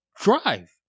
drive